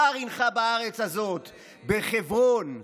'זר הינך בארץ הזאת!'" בחברון,